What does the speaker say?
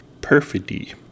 Perfidy